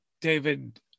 David